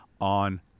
on